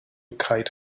kite